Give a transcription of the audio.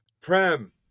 Prem